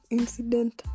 incident